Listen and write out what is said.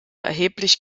erheblich